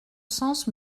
sens